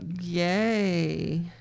Yay